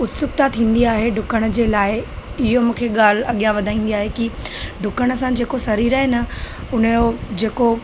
उत्सुकता थींदी आहे डुकण जे लाइ ईअं मूंखे ॻाल्हि अॻियां वधाईंदी आहे की डुकण सां जेको शरीरु आहे न उन जो जेको